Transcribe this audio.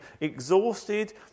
exhausted